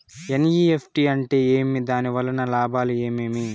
NEFT అంటే ఏమి? దాని వలన లాభాలు ఏమేమి